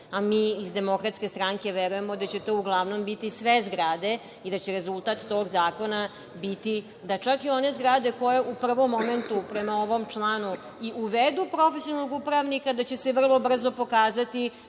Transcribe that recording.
a mi iz DS verujemo da će to uglavnom biti sve zgrade i da će rezultat tog zakona biti da čak i one zgrade koje u prvom momentu, prema ovom članu, i uvedu profesionalnog upravnika da će se vrlo brzo pokazati